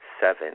Seven